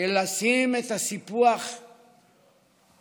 של לשים את הסיפוח בצד,